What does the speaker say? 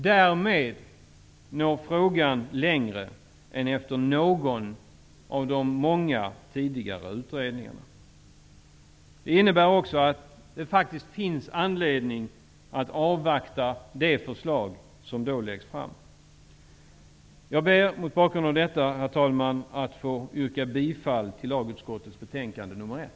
Därmed når frågan längre än den har gjort efter någon av de många tidigare utredningarna. Detta innebär också att det finns anledning att avvakta det förslag som då läggs fram. Herr talman! Mot bakgrund av detta ber jag att få yrka bifall till hemställan i lagutskottets betänkande nr 1.